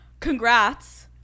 Congrats